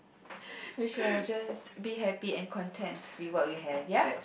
which I will just be happy and content with what we have ya